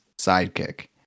sidekick